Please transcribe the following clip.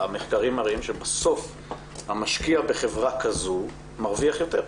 המחקרים מראים שבסוף המשקיע בחברה כזו מרוויח יותר.